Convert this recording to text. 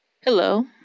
Hello